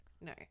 No